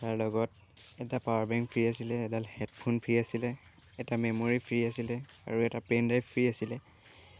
তাৰ লগত এটা পাৱাৰ বেংক ফ্ৰী আছিলে এডাল হেডফোন ফ্ৰী আছিলে এটা মেম'ৰী ফ্ৰী আছিলে আৰু এটা পেনড্ৰাইভ ফ্ৰী আছিলে